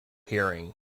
hearing